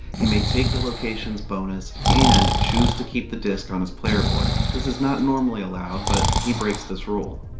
he may take the location's bonus and choose to keep the disc on his player board. this is not normally allowed, but he breaks this rule.